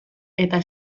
eta